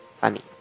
funny